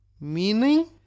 Meaning